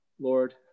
Lord